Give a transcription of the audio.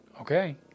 Okay